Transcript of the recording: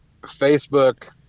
facebook